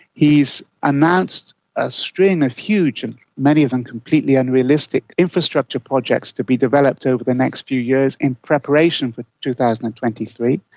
announced a string of huge and many of them completely unrealistic infrastructure projects to be developed over the next few years in preparation for two thousand and twenty three.